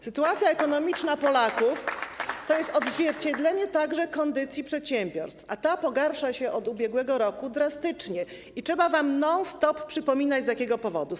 Sytuacja ekonomiczna Polaków jest odzwierciedleniem kondycji przedsiębiorstw, a ta pogarsza się od ubiegłego roku drastycznie i trzeba wam non stop przypominać, z jakiego powodu tak jest.